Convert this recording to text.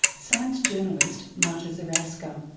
science journalist marta zaraska.